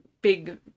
big